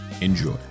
enjoy